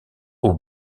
aux